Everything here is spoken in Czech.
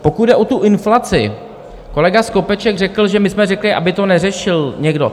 Pokud jde o tu inflaci, kolega Skopeček řekl, že my jsme řekli, aby to neřešil někdo.